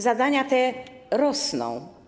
Zadania te rosną.